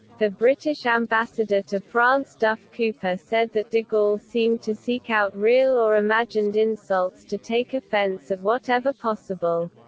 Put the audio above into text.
the british ambassador to france duff cooper said that de gaulle seemed to seek out real or imagined insults to take offence at whatever possible.